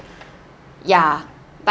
ya but